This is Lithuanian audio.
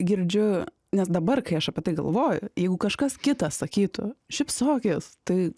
girdžiu nes dabar kai aš apie tai galvoju jeigu kažkas kitas sakytų šypsokis tai